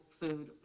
food